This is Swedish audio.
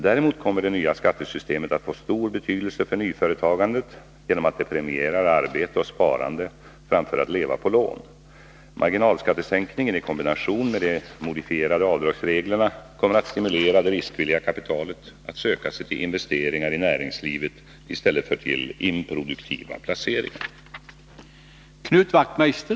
Däremot kommer det nya skattesystemet att få stor betydelse för nyföretagandet genom att det premierar arbete och sparande framför att leva på lån. Marginalskattesänkningen i kombination med de modifierade avdragsreglerna kommer att stimulera det riskvilliga kapitalet att söka sig till investeringar i näringslivet i stället för till improduktiva placeringar.